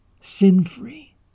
sin-free